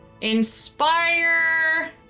inspire